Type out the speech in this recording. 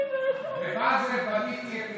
בבזל בניתי את